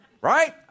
Right